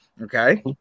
Okay